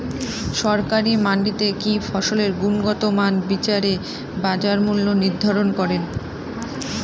সরকারি মান্ডিতে কি ফসলের গুনগতমান বিচারে বাজার মূল্য নির্ধারণ করেন?